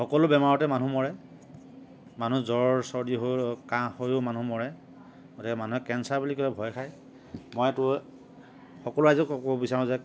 সকলো বেমাৰতে মানুহ মৰে মানুহ জ্ৱৰ চৰ্দি হৈ কাহ হৈও মানুহ মৰে গতিকে মানুহে কেঞ্চাৰ বুলি ক'লে ভয় খায় মইতো সকলো ৰাইজকে ক'ব বিচাৰোঁ যে